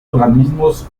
organismos